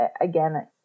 again